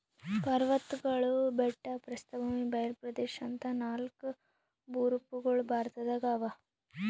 ಪರ್ವತ್ಗಳು ಬೆಟ್ಟ ಪ್ರಸ್ಥಭೂಮಿ ಬಯಲ್ ಪ್ರದೇಶ್ ಅಂತಾ ನಾಲ್ಕ್ ಭೂರೂಪಗೊಳ್ ಭಾರತದಾಗ್ ಅವಾ